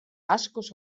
askoz